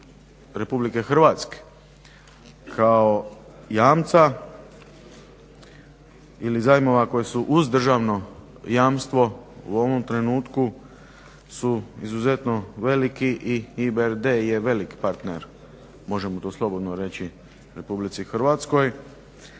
Republike Hrvatske kao jamca ili zajmova koji su uz državno jamstvo u ovom trenutku su izuzetno veliki i EBRD je velik partner, možemo to slobodno reći, Republici Hrvatskoj.